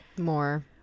more